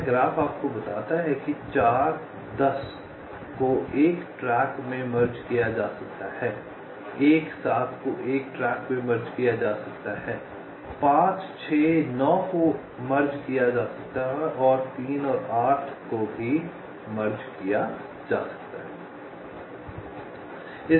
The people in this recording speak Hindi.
यह ग्राफ़ आपको बताता है कि 4 10 को एक ट्रैक में मर्ज किया जा सकता है 1 7 को एक ट्रैक में मर्ज किया जा सकता है 5 6 9 को मर्ज किया जा सकता है और 3 8 को भी मर्ज किया जा सकता है